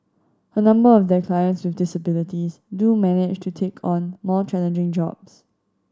a number of their clients with disabilities do manage to take on more challenging jobs